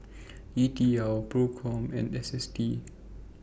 D T L PROCOM and S S T